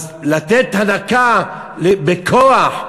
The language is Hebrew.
לתת הנקה בכוח?